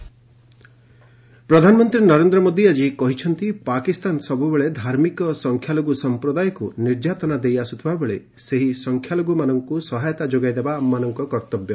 PM CAA ପ୍ରଧାନମନ୍ତ୍ରୀ ନରେନ୍ଦ୍ର ମୋଦୀ ଆଜି କହିଛନ୍ତି ପାକିସ୍ତାନ ସବୁବେଳେ ଧାର୍ମିକ ସଂଖ୍ୟାଲଘୁ ସମ୍ପ୍ରଦାୟକୁ ନିର୍ଯାତନା ଦେଇ ଆସୁଥିବା ବେଳେ ସେହି ସଂଖ୍ୟାଲଘୁମାନଙ୍କୁ ସହାୟତା ଯୋଗାଇଦେବା ଆମମାନଙ୍କ କର୍ତ୍ତବ୍ୟ